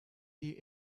the